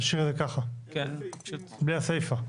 להשאיר את זה ככה, בלי הסיפא?